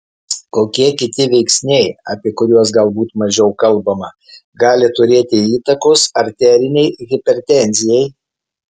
kokie kiti veiksniai apie kurios galbūt mažiau kalbama gali turėti įtakos arterinei hipertenzijai